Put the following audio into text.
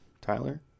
Tyler